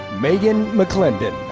megan mcclendon.